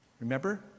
Remember